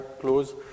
close